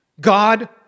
God